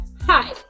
Hi